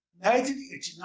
1989